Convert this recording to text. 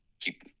keep